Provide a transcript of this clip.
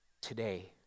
today